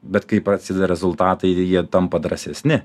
bet kai prasideda rezultatai ir jie tampa drąsesni